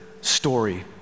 story